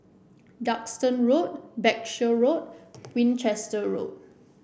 Duxton Road Berkshire Road Winchester Road